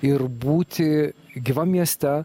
ir būti gyvam mieste